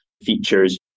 features